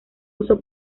uso